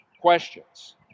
questions